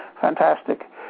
fantastic